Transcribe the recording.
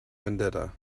vendetta